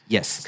Yes